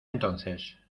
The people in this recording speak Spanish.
entonces